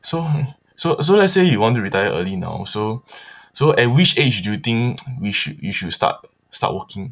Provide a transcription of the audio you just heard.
so so so let's say you want to retire early now so so at which age do you think we should you should start start working